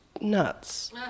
nuts